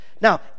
Now